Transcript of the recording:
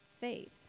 faith